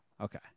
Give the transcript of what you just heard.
okay